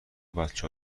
بچه